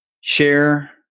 share